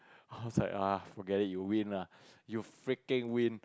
I was like ah forget it you win lah you freaking win